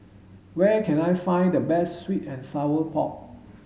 where can I find the best sweet and sour pork